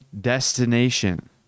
destination